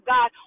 God